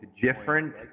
different